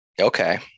Okay